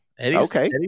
Okay